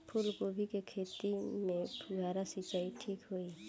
फूल गोभी के खेती में फुहारा सिंचाई ठीक होई?